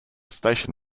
station